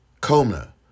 coma